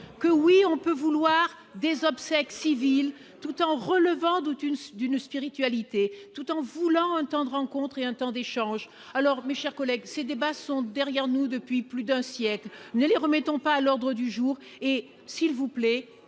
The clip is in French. que oui on peut vouloir des obsèques civiles tout en relevant d'doute une d'une spiritualité, tout en voulant entendent rencontrer un temps d'échange alors, mes chers collègues, ces débats sont derrière nous depuis plus d'un siècle et ne les remettons pas à l'ordre du jour, et s'il vous plaît,